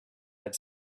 had